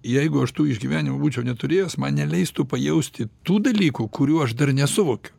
jeigu aš tų išgyvenimų būčiau neturėjęs man neleistų pajausti tų dalykų kurių aš dar nesuvokiu